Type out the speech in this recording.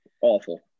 awful